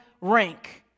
rank